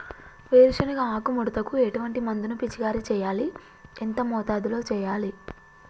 వేరుశెనగ ఆకు ముడతకు ఎటువంటి మందును పిచికారీ చెయ్యాలి? ఎంత మోతాదులో చెయ్యాలి?